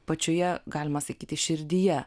pačioje galima sakyti širdyje